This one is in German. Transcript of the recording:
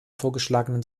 vorgeschlagenen